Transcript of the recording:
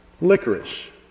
licorice